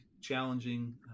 challenging